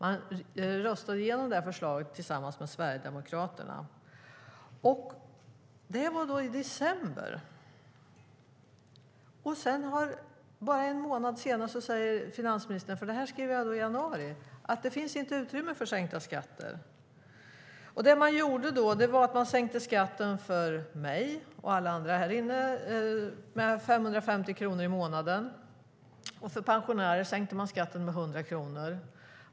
De röstade igenom förslaget tillsammans med Sverigedemokraterna i december, och bara en månad senare säger finansministern, som jag skrev i januari, att det inte finns utrymme för sänkta skatter. Vad de gjorde då var att de sänkte skatten för mig och alla andra härinne med 550 kronor i månaden, och för pensionärer sänkte de skatten med 100 kronor.